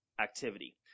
activity